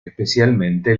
especialmente